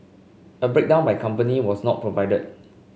a breakdown by company was not provided